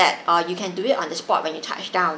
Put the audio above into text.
that uh you can do it on the spot when you touch down